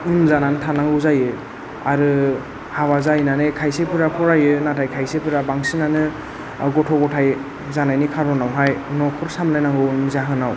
उन जानानै थानांगौ जायो आरो हाबा जाहैनानै खायसेफोरा फरायो नाथाय खायसेफोरा बांसिनानो गथ' गथाय जानायनि खारनावहाय न'खर सामलायनांगौनि जाहोनाव